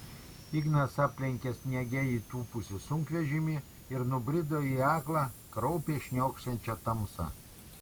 ignas aplenkė sniege įtūpusį sunkvežimį ir nubrido į aklą kraupiai šniokščiančią tamsą